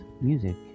music